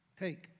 take